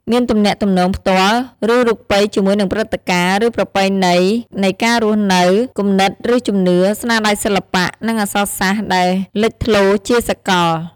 មានទំនាក់ទំនងផ្ទាល់ ឬរូបិយជាមួយនឹងព្រិត្តិការណ៍ ឬប្រពៃណីនៃការរស់នៅ គំនិត ឬជំនឿ ស្នាដៃសិល្បៈ និងអក្សរសាស្រ្តដែលលេចធ្លោជាសកល។